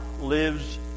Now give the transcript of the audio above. lives